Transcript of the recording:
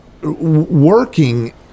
working